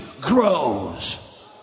grows